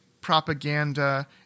propaganda